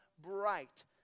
bright